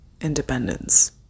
independence